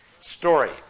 story